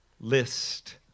list